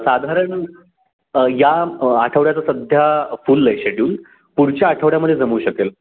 साधारण या आठवड्याचा सध्या फुल आहे शेड्यूल पुढच्या आठवड्यामध्ये जमू शकेल